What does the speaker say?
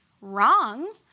Wrong